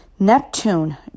Neptune